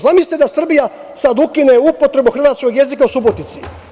Zamislite da Srbija sada ukine upotrebu hrvatskog jezika u Subotici.